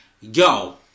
yo